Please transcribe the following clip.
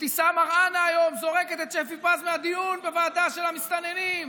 אבתיסאם מראענה זורקת היום את שפי פז מהדיון בוועדה של המסתננים,